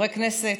חברי הכנסת,